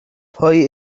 pwy